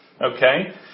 Okay